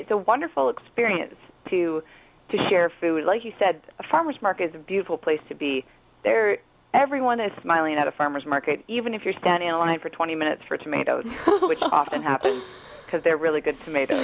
it's a wonderful experience to to share food like you said a farmer's market is a beautiful place to be there everyone is smiling at a farmer's market even if you're standing in line for twenty minutes for tomatoes which often happens because they're really good